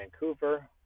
Vancouver